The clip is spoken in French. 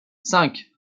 cinq